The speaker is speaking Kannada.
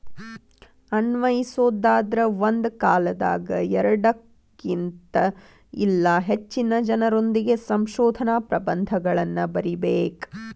ಅನ್ವಯಿಸೊದಾದ್ರ ಒಂದ ಕಾಲದಾಗ ಎರಡಕ್ಕಿನ್ತ ಇಲ್ಲಾ ಹೆಚ್ಚಿನ ಜನರೊಂದಿಗೆ ಸಂಶೋಧನಾ ಪ್ರಬಂಧಗಳನ್ನ ಬರಿಬೇಕ್